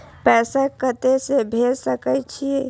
पैसा कते से भेज सके छिए?